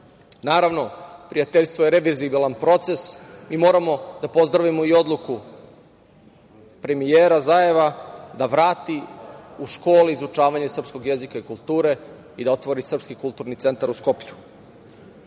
Beograda. Naravno, prijateljstvo je reverzibilan proces. Mi moramo da pozdravimo i odluku premijera Zaeva da vrati u škole izučavanje srpskog jezika i kulture i da otvori Srpski kulturni centar u Skoplju. Volter